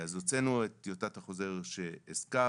אז הוצאנו את טיוטת החוזר שהזכרת.